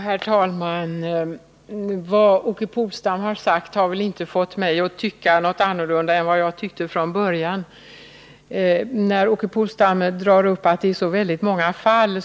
Herr talman! Vad Åke Polstam har sagt har inte fått mig att tycka något annat än jag tyckte från början. Åke Polstam sade att det förekommer många fall där den tilltalade uteblir.